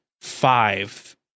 five